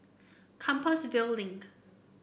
Compassvale Link